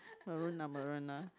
maroon lah maroon lah